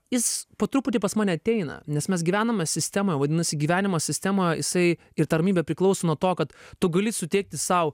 jis po truputį pas mane ateina nes mes gyvename sistemoj vadinasi gyvenimas sistemoj jisai ir ta ramybė priklauso nuo to kad tu gali suteikti sau